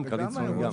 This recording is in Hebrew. כן, גם קרלין סטולין.